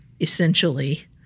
essentially